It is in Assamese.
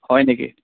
হয় নেকি